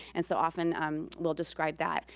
and so often um we'll describe that.